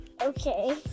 Okay